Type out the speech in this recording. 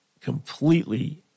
completely